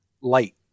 light